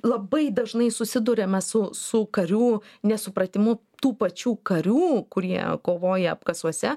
labai dažnai susiduriame su su karių nesupratimu tų pačių karių kurie kovoja apkasuose